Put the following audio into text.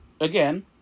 again